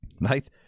right